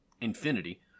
infinity